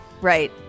Right